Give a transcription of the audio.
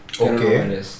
Okay